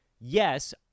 yes